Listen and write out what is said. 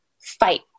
fight